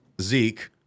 Zeke